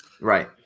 Right